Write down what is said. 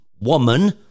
woman